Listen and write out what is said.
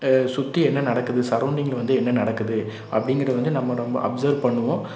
சுற்றி என்ன நடக்குது சர்ரவுன்டிங்கில வந்து என்ன நடக்குது அப்படிங்குறது வந்து நம்ம ரொம்ப அப்சர்வ் பண்ணுவோம்